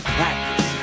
practice